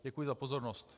Děkuji za pozornost.